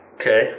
Okay